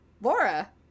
Laura